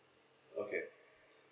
okay